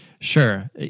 Sure